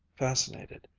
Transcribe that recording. fascinated,